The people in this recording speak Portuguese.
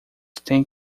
tem